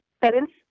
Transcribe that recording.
parents